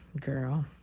Girl